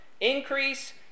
Increase